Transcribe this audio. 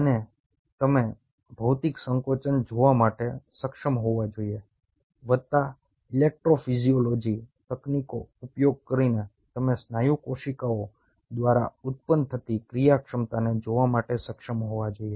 અને તમે ભૌતિક સંકોચન જોવા માટે સક્ષમ હોવા જોઈએ વત્તા ઇલેક્ટ્રોફિઝિયોલોજી તકનીકોનો ઉપયોગ કરીને તમે સ્નાયુ કોશિકાઓ દ્વારા ઉત્પન્ન થતી ક્રિયા ક્ષમતાને જોવા માટે સક્ષમ હોવા જોઈએ